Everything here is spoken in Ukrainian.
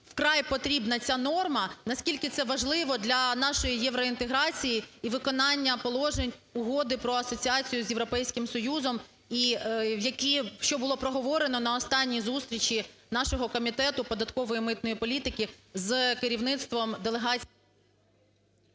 вкрай потрібна ця норма, наскільки це важливо для нашої євроінтеграції і виконання положень Угоди про асоціацію з Європейським Союзом і які... що було проговорено на останній зустрічі нашого Комітету податкової, митної політики з керівництвом делегації...